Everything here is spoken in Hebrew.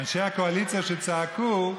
לאנשי הקואליציה שצעקו,